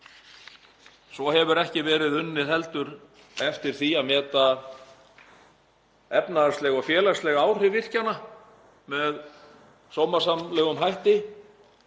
heldur ekki verið unnið eftir því að meta efnahagsleg og félagsleg áhrif virkjana með sómasamlegum hætti.